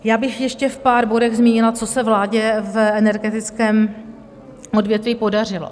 Já bych ještě v pár bodech zmínila, co se vládě v energetickém odvětví podařilo.